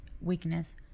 weakness